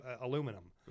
aluminum